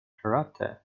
karate